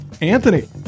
Anthony